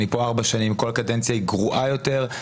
אני כאן ארבע שנים וכל קדנציה היא גרועה יותר מקודמתה,